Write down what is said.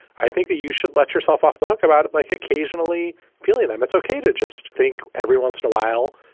i think that you should let yourself off the hook about it, like occasionally feeling that it's ok to just think every once in a while.